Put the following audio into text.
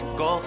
go